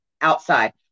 outside